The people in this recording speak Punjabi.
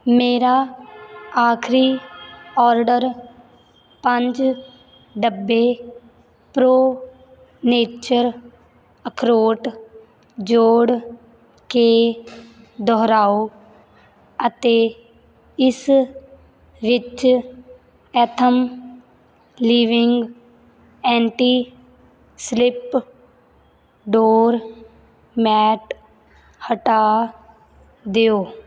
ਮੇਰਾ ਆਖਰੀ ਆਰਡਰ ਪੰਜ ਡੱਬੇ ਪ੍ਰੋ ਨੇਚਰ ਅਖਰੋਟ ਜੋੜ ਕੇ ਦੁਹਰਾਓ ਅਤੇ ਇਸ ਵਿੱਚ Athom Living anti slip door mat ਹਟਾ ਦਿਓ